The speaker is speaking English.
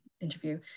interview